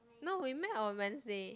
no we met on Wednesday